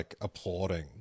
applauding